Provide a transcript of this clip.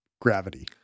gravity